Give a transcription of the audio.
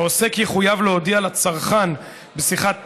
העוסק יחויב להודיע לצרכן בשיחת טלפון,